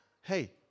Hey